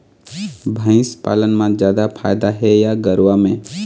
भंइस पालन म जादा फायदा हे या गरवा में?